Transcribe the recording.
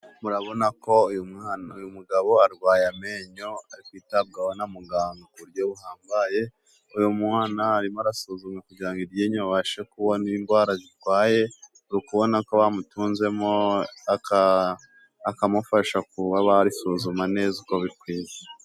Murabona ko uyu mwana uyu mugabo arwaye amenyo ari kwitabwaho na muganga ku buryo buhambaye, uyu mwana arimo arasuzuma kugira ngo iryinyo babashe kubona indwara zitwaye, uri kubona ko bamutunze akamufasha gusuzuma neza uko bikwiye.